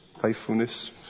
faithfulness